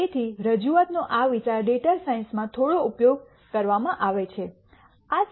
તેથી રજૂઆતનો આ વિચાર ડેટા સાયન્સમાં થોડો ઉપયોગ કરવામાં આવે છે